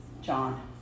John